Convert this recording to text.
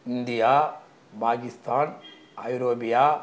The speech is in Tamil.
இந்தியா பாகிஸ்தான் ஐரோப்பியா